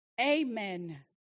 Amen